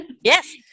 yes